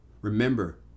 remember